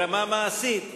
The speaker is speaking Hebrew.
ברמה המעשית,